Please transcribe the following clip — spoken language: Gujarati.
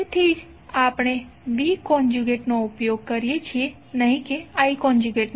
તેથી જ આપણે V કોન્જુગેટ નો ઉપયોગ કરીએ છીએ નહી કે I કોન્ઝયુગેટનો